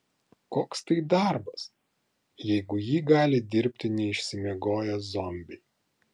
koks tai darbas jeigu jį gali dirbti neišsimiegoję zombiai